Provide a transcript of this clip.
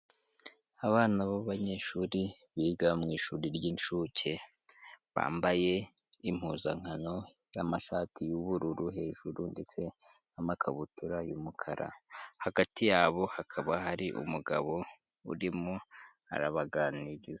Abana b'anyeshuri biga mu ishuri ry'incuke, bambaye impuzankano y'amashati y'ubururu hejuru ndetse n'amakabutura y'umukara, hagati yabo hakaba hari umugabo urimo arabaganiriza.